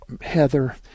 Heather